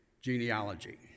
genealogy